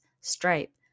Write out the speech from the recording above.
Stripe